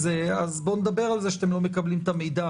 אז בואו נדבר על זה שאתם לא מקבלים את המידע,